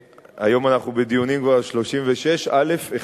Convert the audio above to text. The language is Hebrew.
היום אנחנו כבר בדיונים על תמ"א 36/א/1.